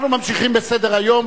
אנחנו ממשיכים בסדר-היום.